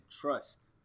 trust